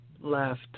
left